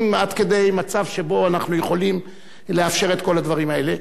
עד כדי מצב שבו אנחנו יכולים לאפשר את כל הדברים האלה,